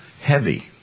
heavy